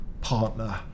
partner